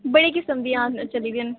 बड़े किस्म दियां चली दियां न